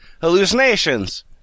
Hallucinations